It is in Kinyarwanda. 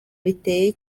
biteye